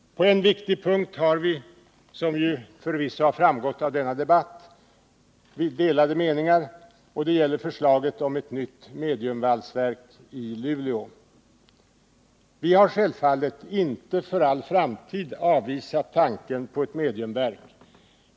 På en punkt har vi — något som förvisso framgått av denna debatt — delade meningar. Det gäller förslaget om ett nytt mediumvalsverk i Luleå. Vi har självfallet inte för all framtid avvisat tanken på ett mediumvalsverk.